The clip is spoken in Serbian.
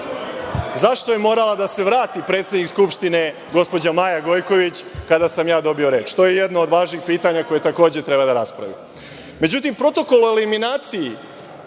zašto je morala da se vrati gospođa Maja Gojković kada sam ja dobio reč? To je jedno od važnih pitanja o kojem takođe treba da raspravimo.Međutim, protokol o eliminaciji